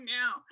now